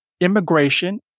immigration